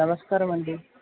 నమస్కారమండి